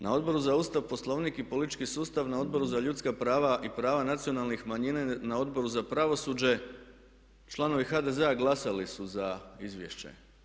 Na Odboru za Ustav, Poslovnik i politički sustav, na Odboru za ljudska prava i prava nacionalnih manjina i na Odboru za pravosuđe članovi HDZ-a glasali su za izvješće.